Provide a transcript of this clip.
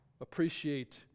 appreciate